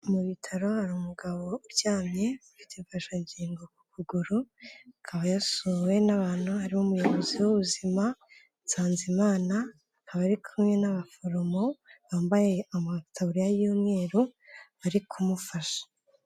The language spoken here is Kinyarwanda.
Mu bitaro, hari umugabo uryamye ufite imfashagingo ku kuguru, akaba yasuwe n'abantu ari umuyobozi w'ubuzima Nsanzimanaba, haba ari kumwe n'abaforomo bambaye amataburiya y'umweru bari kumufasha.